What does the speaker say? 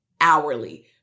hourly